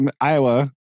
Iowa